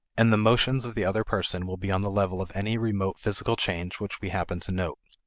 and the motions of the other person will be on the level of any remote physical change which we happen to note.